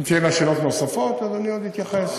אם תהיינה שאלות נוספות, אני עוד אתייחס.